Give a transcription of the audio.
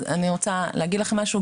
אז אני רוצה להגיד לכם משהו,